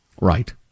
Right